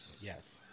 Yes